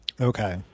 okay